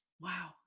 wow